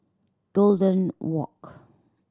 Golden Walk